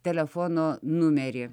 telefono numerį